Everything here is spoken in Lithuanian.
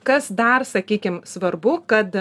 kas dar sakykim svarbu kad